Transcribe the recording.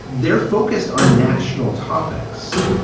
they're focused on national topics,